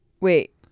Wait